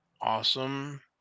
awesome